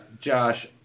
Josh